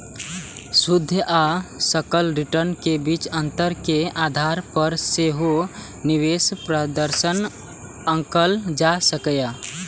शुद्ध आ सकल रिटर्न के बीच अंतर के आधार पर सेहो निवेश प्रदर्शन आंकल जा सकैए